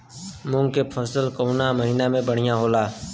मुँग के फसल कउना महिना में बढ़ियां होला?